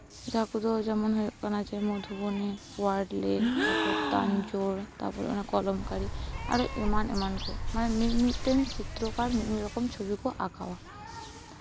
ᱡᱟᱦᱟᱸ ᱠᱚᱫᱚ ᱡᱮᱢᱚᱱ ᱦᱩᱭᱩᱜ ᱠᱟᱱᱟ ᱡᱮ ᱢᱚᱫᱷᱩᱵᱚᱱᱤ ᱳᱟᱣᱨᱰᱞᱤ ᱛᱟᱨᱯᱚᱨ ᱛᱟᱱᱡᱳᱲ ᱛᱟᱨᱯᱚᱨ ᱚᱱᱟ ᱠᱚᱞᱚᱝᱠᱟᱨᱤ ᱟᱨ ᱮᱢᱟᱱ ᱮᱢᱟᱱ ᱠᱚ ᱢᱟᱱᱮ ᱢᱤᱫ ᱢᱤᱫᱴᱮᱱ ᱪᱤᱛᱛᱨᱚᱠᱟᱨ ᱢᱤᱫ ᱢᱤᱫᱮᱱ ᱪᱷᱚᱵᱤ ᱠᱚ ᱟᱸᱠᱟᱣᱟ